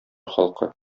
халкы